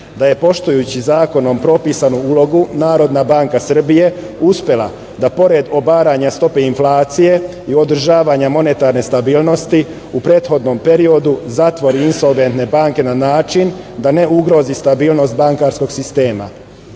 da je poštujući zakonom propisanu ulogu NBS uspela da pored obaranja stope inflacije u održavanje monetarne stabilnosti u prethodnom periodu zatvori insolventne banke na način da ne ugrozi stabilnost bankarskog sistema. Takođe,